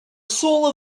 soul